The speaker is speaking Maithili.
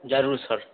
जरूर सर